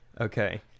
Okay